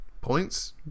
points